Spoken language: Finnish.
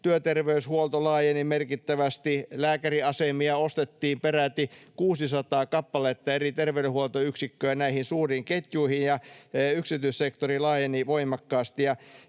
työterveyshuolto laajeni merkittävästi, lääkäriasemia ostettiin peräti 600 kappaletta eri terveydenhuoltoyksikköä näihin suuriin ketjuihin, ja yksityissektori laajeni voimakkaasti.